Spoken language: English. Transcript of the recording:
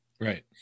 Right